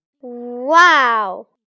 Wow